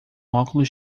óculos